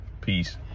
Peace